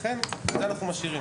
ולכן, את זה אנחנו משאירים.